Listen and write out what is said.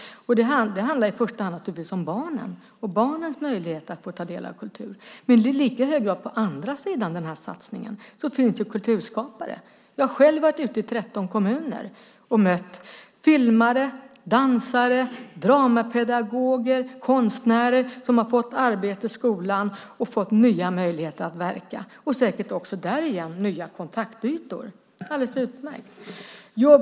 Det handlar i första hand naturligtvis om barnen och deras möjlighet att få ta del av kultur, men i lika hög grad finns på andra sidan av den satsningen kulturskaparna. Jag har besökt 13 kommuner och mött filmare, dansare, dramapedagoger och konstnärer som fått arbete i skolan och därmed nya möjligheter att verka; säkert har de också fått nya kontaktytor. Det är alldeles utmärkt.